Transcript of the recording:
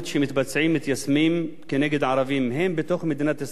כנגד ערבים הן בתוך מדינת ישראל והן מחוץ לגבולות ישראל,